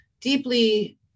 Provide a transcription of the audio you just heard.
deeply